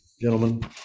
gentlemen